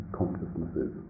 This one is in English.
consciousnesses